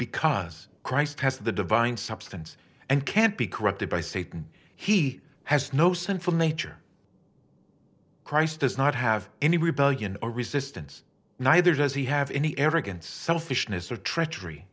has the divine substance and can't be corrupted by satan he has no sinful nature christ does not have any rebellion or resistance neither does he have any arrogance selfishness or trea